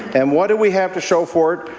and what do we have to show for it?